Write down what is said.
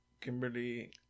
Kimberly